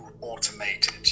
automated